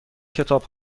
کتاب